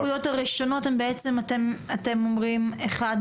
אז שתי הנקודות הראשון הן בעצם, אתם אומרים, אחת